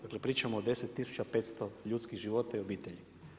Dakle pričamo od 10500 ljudskih života i obitelji.